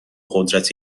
قدرت